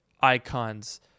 icons